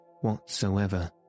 whatsoever